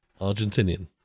Argentinian